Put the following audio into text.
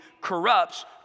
corrupts